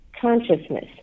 consciousness